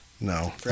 No